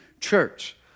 church